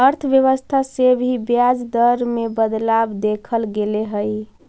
अर्थव्यवस्था से भी ब्याज दर में बदलाव देखल गेले हइ